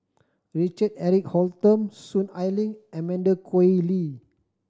Richard Eric Holttum Soon Ai Ling and Amanda Koe Lee